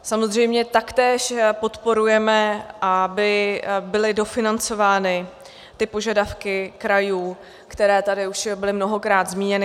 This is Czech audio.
Samozřejmě taktéž podporujeme, aby byly dofinancovány požadavky krajů, které tady už byly mnohokrát zmíněny.